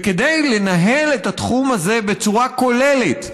כדי לנהל את התחום הזה בצורה כוללת,